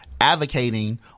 advocating